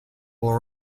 will